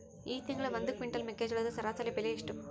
ಈ ತಿಂಗಳ ಒಂದು ಕ್ವಿಂಟಾಲ್ ಮೆಕ್ಕೆಜೋಳದ ಸರಾಸರಿ ಬೆಲೆ ಎಷ್ಟು?